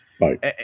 right